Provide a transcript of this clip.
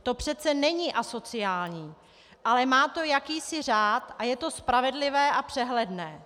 To přece není asociální, ale má to jakýsi řád a je to spravedlivé a přehledné.